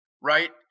Right